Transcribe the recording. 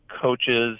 coaches